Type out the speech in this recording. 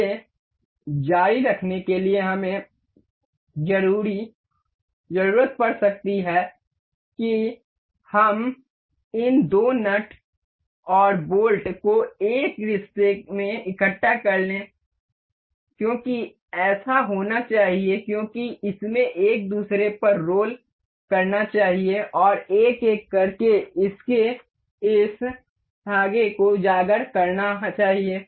इसे जारी रखने के लिए हमें जरूरत पर सकती है कि हम इन दो नट और बोल्ट को एक रिश्ते में इकट्ठा कर लें क्योंकि ऐसा होना चाहिए क्योंकि इसमें एक दूसरे पर रोल करना चाहिए और एक एक करके इस धागे को उजागर करना चाहिए